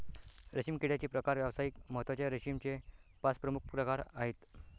रेशीम किड्याचे प्रकार व्यावसायिक महत्त्वाच्या रेशीमचे पाच प्रमुख प्रकार आहेत